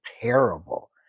terrible